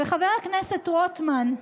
וחבר הכנסת רוטמן,